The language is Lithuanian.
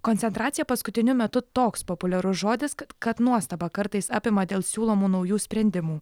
koncentracija paskutiniu metu toks populiarus žodis kad nuostaba kartais apima dėl siūlomų naujų sprendimų